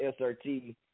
SRT